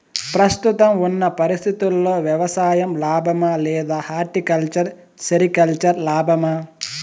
ప్రస్తుతం ఉన్న పరిస్థితుల్లో వ్యవసాయం లాభమా? లేదా హార్టికల్చర్, సెరికల్చర్ లాభమా?